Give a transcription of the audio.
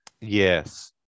yes